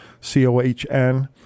C-O-H-N